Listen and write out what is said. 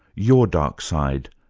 your dark side,